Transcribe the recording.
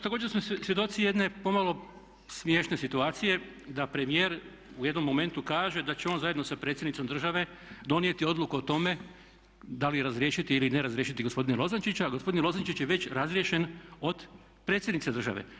Također smo svjedoci jedne pomalo smiješne situacije da premijer u jednom momentu kaže da će on zajedno sa predsjednicom države donijeti odluku o tome da li razriješiti ili ne razriješiti gospodina Lozančića, a gospodina Lozančić je već razriješen od predsjednice države.